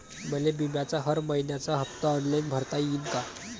मले बिम्याचा हर मइन्याचा हप्ता ऑनलाईन भरता यीन का?